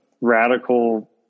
radical